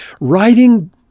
Writing